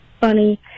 funny